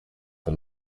for